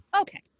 okay